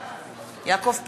בעד עיסאווי